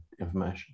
information